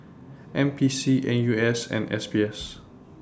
N P C N U S and S B S